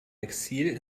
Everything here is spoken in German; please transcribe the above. exil